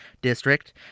district